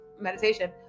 Meditation